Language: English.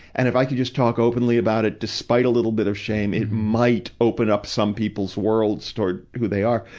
and if i can just talk openly about it, despite a little bit of shame, it might open up some people's worlds toward who they are.